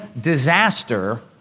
disaster